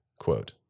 quote